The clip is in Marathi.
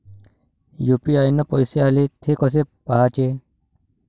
यू.पी.आय न पैसे आले, थे कसे पाहाचे?